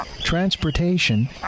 transportation